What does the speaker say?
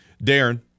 Darren